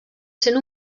sent